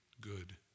good